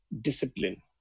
discipline